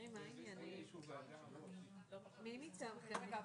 אם אני משנה, משנם בצורה מסודרת.